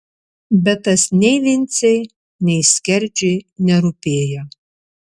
bet tas nei vincei nei skerdžiui nerūpėjo